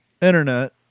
Internet